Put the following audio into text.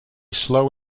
slow